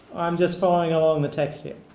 i'm just following along the text here.